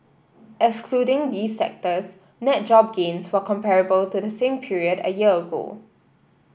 excluding these sectors net job gains were comparable to the same period a year ago